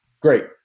Great